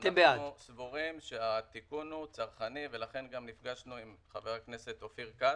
אנחנו סבורים שהתיקון הוא צרכני ולכן גם נפגשנו עם חבר הכנסת אופיר כץ.